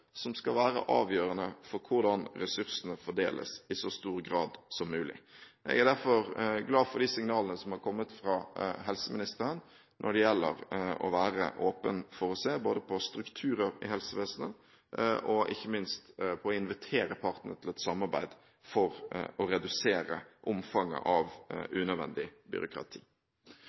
som skal være avgjørende for hvordan ressursene fordeles i så stor grad som mulig. Jeg er derfor glad for de signalene som har kommet fra helseministeren når det gjelder å være åpen både for å se på strukturer i helsevesenet og ikke minst for å invitere partene til et samarbeid for å redusere omfanget av unødvendig byråkrati.